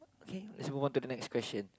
okay let's move on to the next question